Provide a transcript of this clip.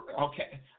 okay